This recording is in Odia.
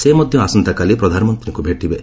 ସେ ମଧ୍ୟ ଆସନ୍ତାକାଲି ପ୍ରଧାନମନ୍ତ୍ରୀଙ୍କୁ ଭେଟିବେ